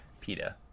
PETA